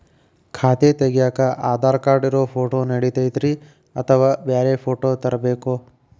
ಖಾತೆ ತಗ್ಯಾಕ್ ಆಧಾರ್ ಕಾರ್ಡ್ ಇರೋ ಫೋಟೋ ನಡಿತೈತ್ರಿ ಅಥವಾ ಬ್ಯಾರೆ ಫೋಟೋ ತರಬೇಕೋ?